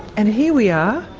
and here we are,